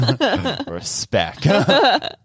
Respect